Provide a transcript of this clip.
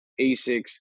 Asics